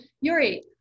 Yuri